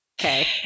Okay